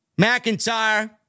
McIntyre